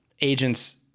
agents